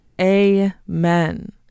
Amen